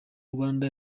rwanda